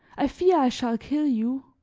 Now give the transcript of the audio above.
i fear i shall kill you!